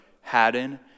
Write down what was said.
Haddon